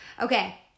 Okay